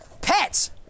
pets